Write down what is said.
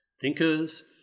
thinkers